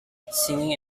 singing